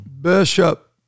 Bishop